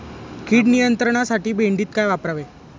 कीड नियंत्रणासाठी भेंडीत काय वापरावे?